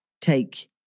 take